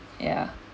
yeah